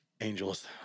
Angels